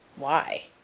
why?